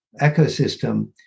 ecosystem